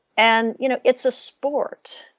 and you know it's a sport.